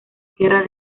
sierra